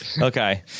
Okay